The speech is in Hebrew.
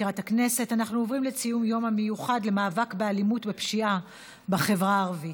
עוברים לציון היום המיוחד למאבק באלימות ופשיעה בחברה הערבית,